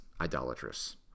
idolatrous